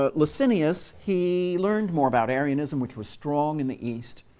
ah licinius, he learned more about arianism, which was strong in the east,